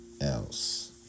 else